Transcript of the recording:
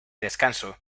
descanso